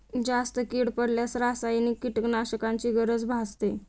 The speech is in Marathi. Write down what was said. जास्त कीड पडल्यास रासायनिक कीटकनाशकांची गरज भासते